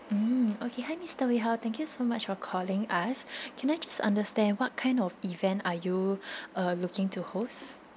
mm okay hi mister wei hao thank you so much for calling us can I just understand what kind of event are you uh looking to host